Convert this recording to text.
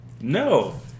No